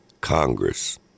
Congress